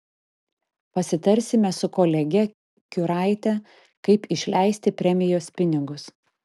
pasitarsime su kolege kiuraite kaip išleisti premijos pinigus